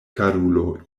karulo